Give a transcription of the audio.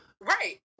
Right